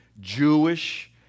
Jewish